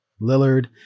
Lillard